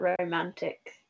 romantic